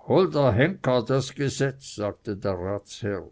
hol der henker das gesetz sagte der ratsherr